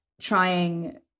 trying